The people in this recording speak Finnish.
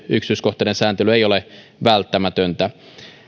yksityiskohtainen sääntely ei ole välttämätöntä